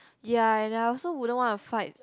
ya and I also wouldn't want to fight